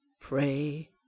pray